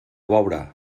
veurà